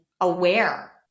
aware